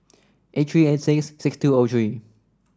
eight three eight six six two O three